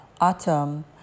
autumn